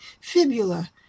fibula